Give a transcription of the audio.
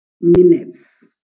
minutes